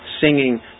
Singing